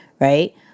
Right